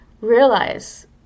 Realize